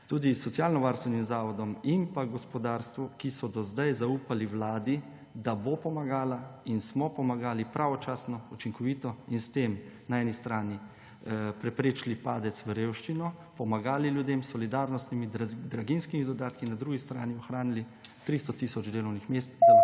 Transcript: tudi socialnovarstvenim zavodom in pa gospodarstvu, ki so do zdaj zaupali vladi, da bo pomagala. In smo pomagali pravočasno, učinkovito in s tem na eni strani preprečili padec v revščino, pomagali ljudem s solidarnostnimi, draginjskimi dodatki in na drugi strani ohranili 300 tisoč delovnih mest, da